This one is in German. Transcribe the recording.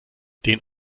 den